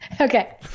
Okay